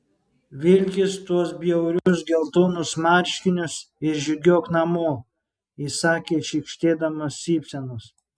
vilkis tuos bjaurius geltonus marškinius ir žygiuok namo įsakė šykštėdama šypsenos